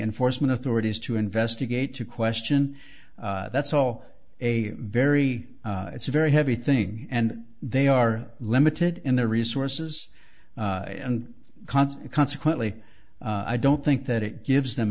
enforcement authorities to investigate to question that's all a very it's a very heavy thing and they are limited in their resources and cons consequently i don't think that it gives them